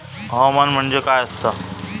हवामान म्हणजे काय असता?